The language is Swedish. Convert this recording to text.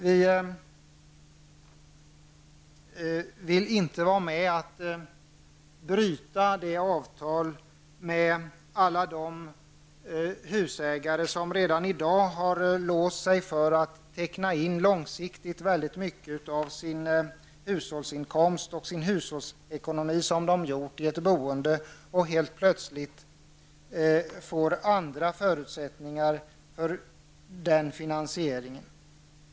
Vi vill inte vara med om att bryta de avtal som finns med alla de husägare som redan i dag långsiktigt har intecknat en stor del av sin hushållsinkomst och hushållsekonomi i ett boende. De får helt plötsligt andra förutsättningar för finansieringen.